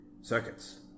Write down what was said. circuits